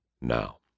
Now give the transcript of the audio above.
now